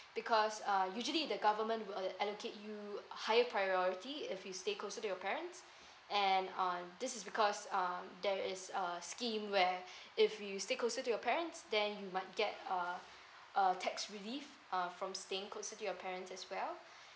because uh usually the government will allocate you higher priority if you stay closer to your parents and um this because um there is a scheme where if you stay closer to your parents then you might get a a tax relief uh from staying closer to your parents as well